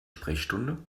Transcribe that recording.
sprechstunde